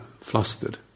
flustered